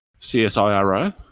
CSIRO